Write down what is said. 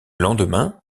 lendemain